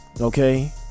Okay